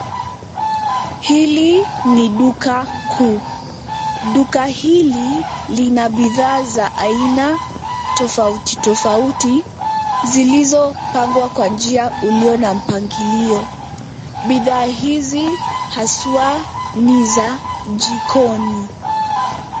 Hili ni duka kuu. Duka hili lina bidhaa za aina tofauti tofauti, zilizopangwa kwa njia ulio na mpangilio. Bidhaa hizi haswa ni za jikoni.